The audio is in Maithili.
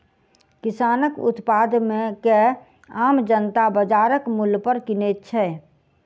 किसानक उत्पाद के आम जनता बाजारक मूल्य पर किनैत छै